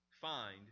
Find